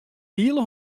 hiele